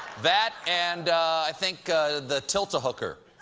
that and i think the tilt-a-hooker.